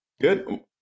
Good